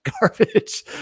garbage